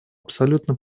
абсолютно